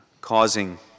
causing